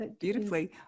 beautifully